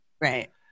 Right